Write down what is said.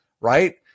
right